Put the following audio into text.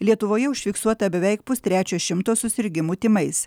lietuvoje užfiksuota beveik pustrečio šimto susirgimų tymais